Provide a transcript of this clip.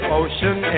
ocean